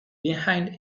behind